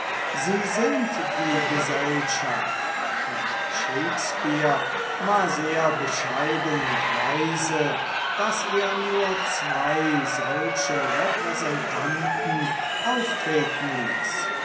sie sind die gesellschaft und shakespeare war sehr bescheiden und weise daß er nur zwei solche repräsentanten auftreten ließ